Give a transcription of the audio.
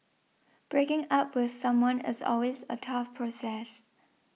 breaking up with someone is always a tough process